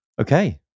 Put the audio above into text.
Okay